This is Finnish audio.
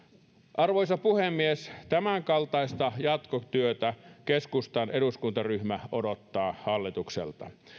arvoisa puhemies tämänkaltaista jatkotyötä keskustan eduskuntaryhmä odottaa hallitukselta